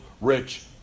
Rich